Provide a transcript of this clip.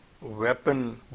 weapon